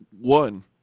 one